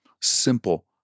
simple